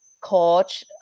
coach